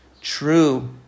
true